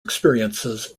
experiences